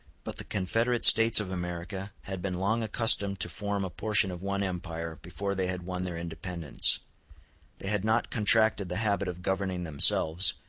but the confederate states of america had been long accustomed to form a portion of one empire before they had won their independence they had not contracted the habit of governing themselves,